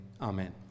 Amen